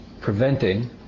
preventing